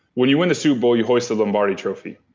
when you win the super bowl you hoist the lombardi trophy.